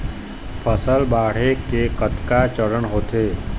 फसल बाढ़े के कतका चरण होथे?